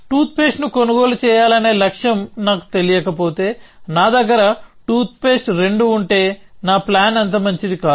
టూత్పేస్ట్ని కొనుగోలు చేయాలనే లక్ష్యం నాకు తెలియకపోతే నా దగ్గర టూత్పేస్ట్ రెండూ ఉంటే నా ప్లాన్ అంత మంచిది కాదు